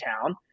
town